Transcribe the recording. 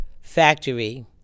factory